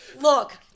Look